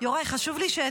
חשוב לי,